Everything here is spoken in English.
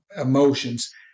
emotions